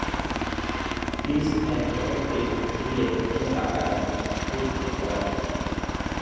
fees and effective দিয়ে কোন টাকার সুদ ঠিক করা হয়